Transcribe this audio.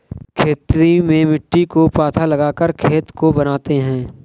खेती में मिट्टी को पाथा लगाकर खेत को बनाते हैं?